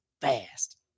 fast